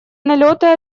налеты